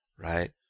right